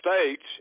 States